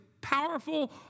powerful